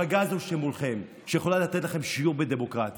המפלגה הזאת שמולכם יכולה לתת לכם שיעור בדמוקרטיה,